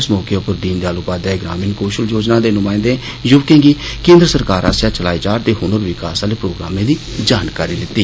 इस मौके उप्पर दीनदयाल उपाध्याय ग्रामीण कौशल योजना दे नुमाइन्दे युवकें गी केन्द्र सरकार आस्सेया चलाए जा रदे ह्नर विकास आले प्रोग्रामें दी जानकारी दिती